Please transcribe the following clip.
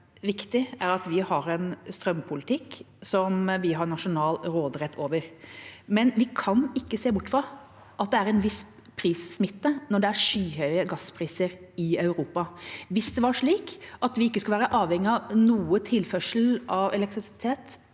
vi har en strømpolitikk som vi har nasjonal råderett over, men vi kan ikke se bort fra at det er en viss prissmitte når det er skyhøye gasspriser i Europa. Hvis det var slik at vi ikke skulle være avhengige av noe tilførsel av elektrisitet